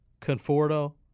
Conforto